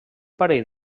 parell